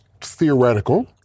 theoretical